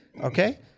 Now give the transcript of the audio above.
okay